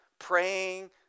praying